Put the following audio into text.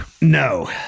no